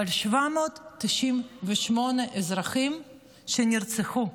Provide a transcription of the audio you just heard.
אבל 798 אזרחים שנרצחו,